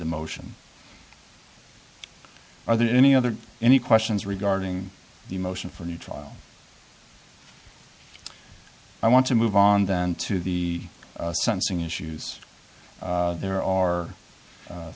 the motion or the any other any questions regarding the motion for new trial i want to move on then to the sensing issues there are